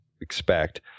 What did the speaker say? expect